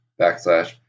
backslash